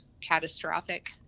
catastrophic